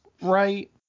right